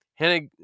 Hennig